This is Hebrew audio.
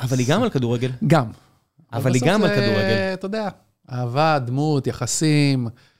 אבל היא גם על כדורגל. גם. אבל היא גם על כדורגל. אתה יודע, אהבה, דמות, יחסים.